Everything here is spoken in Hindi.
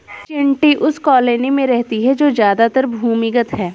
चींटी उस कॉलोनी में रहती है जो ज्यादातर भूमिगत है